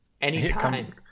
anytime